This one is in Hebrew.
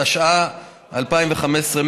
התשע"ה 2015,